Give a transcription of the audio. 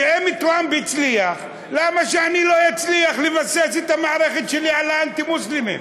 אם טראמפ הצליח למה שאני לא אצליח לבסס את המערכת שלי על האנטי-מוסלמים?